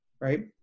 Right